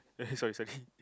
sorry sorry